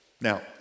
now